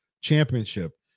championship